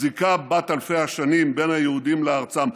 לזיקה בת אלפי השנים בין היהודים לארצם.